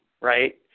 right